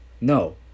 no